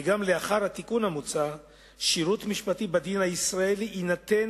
וגם אם יתקבל התיקון המוצע שירות משפטי בדין הישראלי יינתן